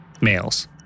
males